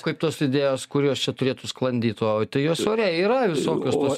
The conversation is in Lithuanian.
kaip tos idėjos kur jos čia turėtų sklandyt o tai jos ore yra visokios tos